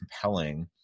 compelling